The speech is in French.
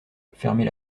fermer